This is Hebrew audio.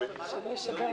--- הפרסומת